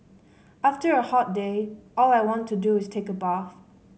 after a hot day all I want to do is take a bath